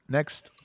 Next